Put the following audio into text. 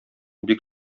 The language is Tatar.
бик